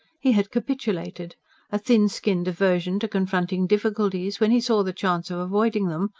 he had capitulated a thin-skinned aversion to confronting difficulties, when he saw the chance of avoiding them,